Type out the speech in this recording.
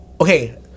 okay